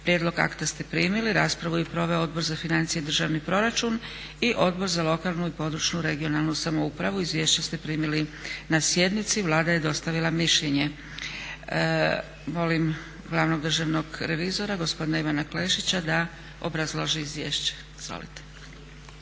Prijedlog akta ste primili. Raspravu je proveo Odbor za financije i državni proračun i Odbor za lokalnu i područnu (regionalnu) samoupravu. Izvješća ste primili na sjednici. Vlada je dostavila mišljenje. Molim glavnog državnog revizora gospodina Ivana Klešića da obrazloži izvješće. Izvolite.